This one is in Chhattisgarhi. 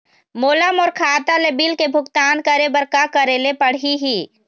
मोला मोर खाता ले बिल के भुगतान करे बर का करेले पड़ही ही?